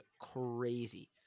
crazy